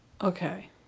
Okay